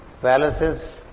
palaces